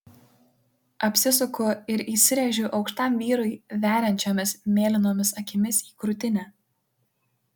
apsisuku ir įsirėžiu aukštam vyrui veriančiomis mėlynomis akimis į krūtinę